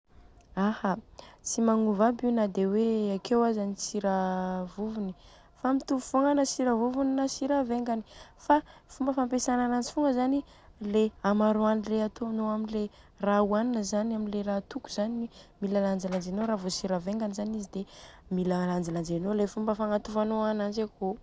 Aha, tsy magnova aby io na dia hoe akeo aza sira vovony, fa mitovy fogna na sira vovony na sira vengany fa i fomba fampiasaina ananjy fogna zany i le amarôany le atônô amle raha ohanina zany le raha atoko zany mila lanjelanjenô. Raha vô sira vengany zany izy dia mila lanjelanjenô le fomba fagnatovanô ananjy.